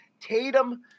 Tatum